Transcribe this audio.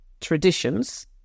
traditions